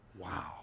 Wow